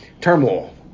turmoil